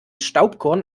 staubkorn